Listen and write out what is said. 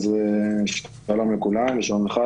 שלום לכולם, שלום לך,